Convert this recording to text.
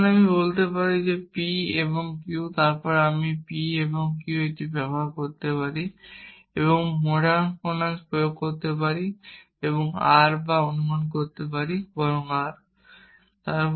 এখন আমি বলতে পারি p এবং q তারপর আমি p এবং q এবং এটি ব্যবহার করতে পারি এবং মোডাস পোনেন্স প্রয়োগ করতে পারি এবং r বা অনুমান করতে পারি বরং r